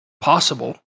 possible